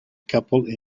couple